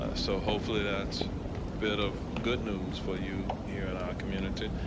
ah so hopefully that's bit of good news for you here in our community.